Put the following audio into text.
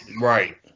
Right